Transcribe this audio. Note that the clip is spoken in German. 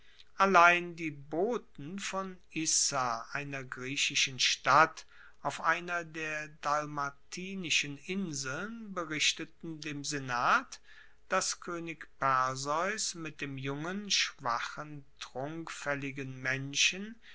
allein die boten von issa einer griechischen stadt auf einer der dalmatinischen inseln berichteten dem senat dass koenig perseus mit dem jungen schwachen trunkfaelligen menschen